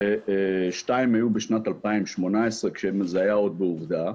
שתיים היו בשנת 2018 כשזה היה עוד בעובדה,